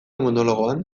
monologoan